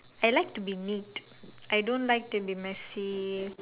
I like to be neat I don't like to be messy